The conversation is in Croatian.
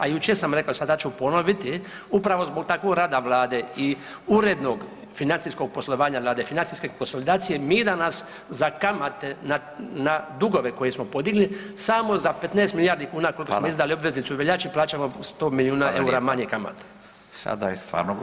A jučer sam reko, sada ću ponoviti, upravo zbog takvog rada vlade i urednog financijskog poslovanja vlade, financijske konsolidacije mi danas za kamate na, na dugove koje smo podigli samo za [[Upadica: Fala]] 15 milijardi kuna koliko smo izdali obveznicu u veljači plaćamo 100 milijuna EUR-a [[Upadica: Fala lijepa]] manje kamata.